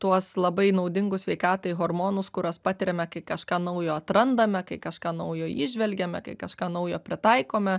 tuos labai naudingus sveikatai hormonus kuriuos patiriame kai kažką naujo atrandame kai kažką naujo įžvelgiame kai kažką naujo pritaikome